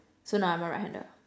so now I'm a right hander